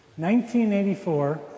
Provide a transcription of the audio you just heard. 1984